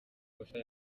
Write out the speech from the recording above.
kosa